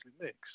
mixed